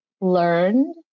learned